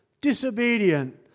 disobedient